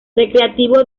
recreativo